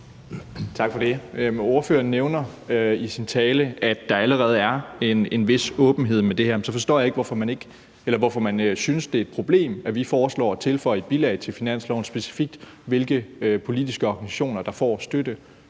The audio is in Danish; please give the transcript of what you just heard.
Tak for det. Ordføreren nævner i sin tale, at der allerede er en vis åbenhed om det her. Men så forstår jeg ikke, hvorfor man synes, det er et problem, at vi foreslår at tilføje et bilag til finansloven over, hvilke politiske organisationer der specifikt